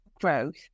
growth